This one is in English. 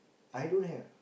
I don't have